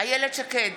איילת שקד,